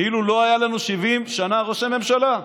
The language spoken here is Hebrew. כאילו לא היו לנו 70 שנה ראשי ממשלה,